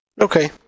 Okay